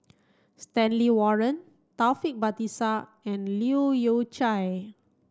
Stanley Warren Taufik Batisah and Leu Yew Chye